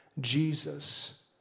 Jesus